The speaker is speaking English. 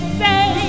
say